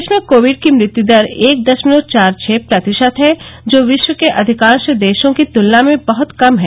देश में कोविड की मृत्यु दर एक दशमलव चार छह प्रतिशत है जो विश्व के अधिकांश देशों की तुलना में बहत कम है